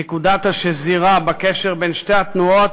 נקודת השזירה בקשר בין שתי התנועות,